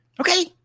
Okay